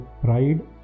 pride